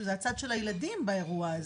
שזה הצד של הילדים באירוע הזה.